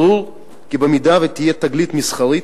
ברור כי אם תהיה תגלית מסחרית,